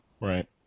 Right